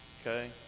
okay